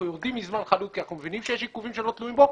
אנחנו יורדים מזמן חלוט כי אנחנו מבינים שיש עיכובים שלא תלויים בו,